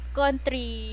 country